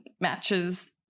matches